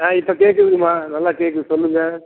ஆ இப்போ கேட்குதுங்கம்மா நல்லா கேட்குது சொல்லுங்கள்